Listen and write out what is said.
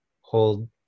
hold